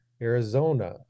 Arizona